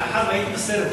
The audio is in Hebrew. מאחר שהייתי בסרט הזה,